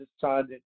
decided